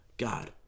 God